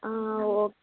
okay